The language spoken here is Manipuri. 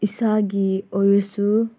ꯏꯁꯥꯒꯤ ꯑꯣꯏꯔꯁꯨ